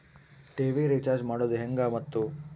TV recharge ಮಾಡೋದು ಹೆಂಗ ಮತ್ತು?